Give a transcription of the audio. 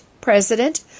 president